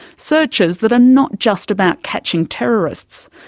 searches that are not just about catching terrorists.